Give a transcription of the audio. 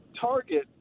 target